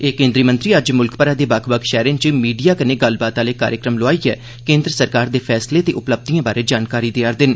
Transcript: एह् केंद्री मंत्री अज्ज मुल्ख भरै दे बक्ख बक्ख शैहरें च मीडिया कन्नै गल्लबात आले कार्यक्रम लोआइयै केंद्र सरकार दे फैसले ते उपलब्धिए बारै जानकारी देआ रदे न